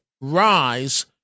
rise